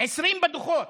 20 בדוחות,